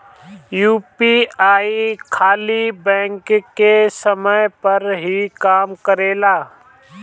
क्या यू.पी.आई खाली बैंक के समय पर ही काम करेला?